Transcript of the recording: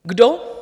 Kdo?